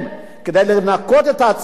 כדי לנקות את עצמם,